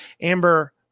Amber